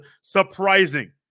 surprising